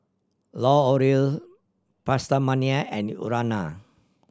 L'Oreal PastaMania and Urana